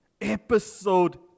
Episode